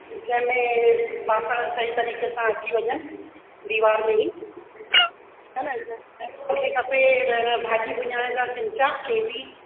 जंहिंमें बासण सही तरीक़े सां अची वञनि दीवार में ई हा न मूंखे खपे भाॼी भुजण लाइ चचिचा केवी